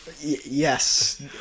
Yes